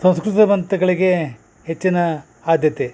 ಸಂಸ್ಕೃತ ಮಂತ್ರಗಳಿಗೆ ಹೆಚ್ಚಿನ ಆದ್ಯತೆ